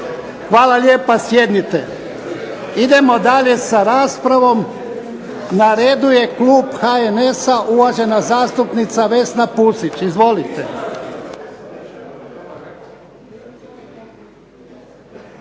Hvala lijepa. Sjednite. Idemo dalje sa raspravom. Na redu je klub HNS-a uvažena zastupnica Vesna Pusić. Izvolite.